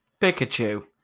Pikachu